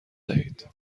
دهید